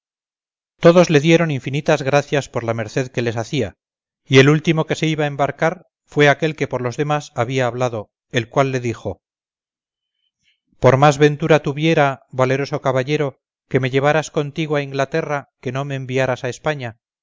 todos le dieron infinitas gracias por la merced que les hacía y el último que se iba a embarcar fue aquel que por los demás había hablado el cual le dijo por más ventura tuviera valeroso caballero que me llevaras contigo a inglaterra que no me enviaras a españa